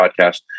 Podcast